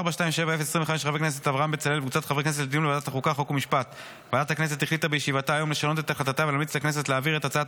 ועדת הכנסת החליטה להעביר את הצעת